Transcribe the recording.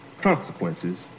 consequences